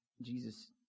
Jesus